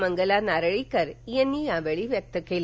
मंगला नारळीकर यांनी यावेळी व्यक्त केलं